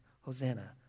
Hosanna